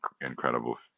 incredible